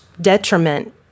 detriment